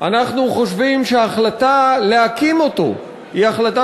אנחנו חושבים שההחלטה להקים אותו היא החלטה